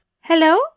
Hello